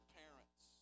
parents